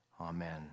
Amen